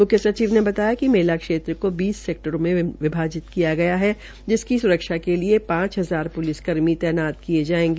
मुख्यसचिव ने बताया कि मेले क्षेत्र को बीस सेक्टरों में विभाजित किया गया है जिसकी सुरक्षा के लिए पांच हजार प्लिस कर्मीतैनात किये गये है